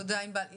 תודה, ענבל.